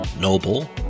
noble